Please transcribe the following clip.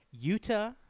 Utah